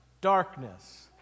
darkness